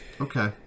Okay